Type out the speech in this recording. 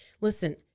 listen